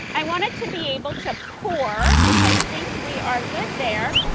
i wanted to be able to pour which i think we are good there.